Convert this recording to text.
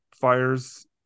fires